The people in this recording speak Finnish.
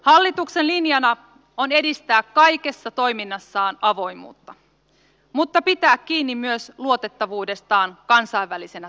hallituksen linjana on edistää kaikessa toiminnassaan avoimuutta mutta pitää kiinni myös luotettavuudestaan kansainvälisenä toimijana